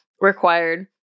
required